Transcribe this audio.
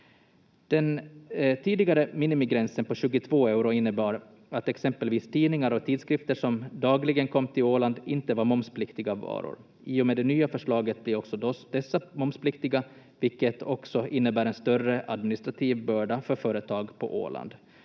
tidigare minimigränsen på 22 euro innebar att exempelvis tidningar och tidskrifter som dagligen kom till Åland inte var momspliktiga varor. I och med det nya förslaget är också dessa momspliktiga, vilket också innebär en större administrativ börda för företag på Åland.